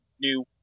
new